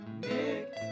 Nick